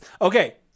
okay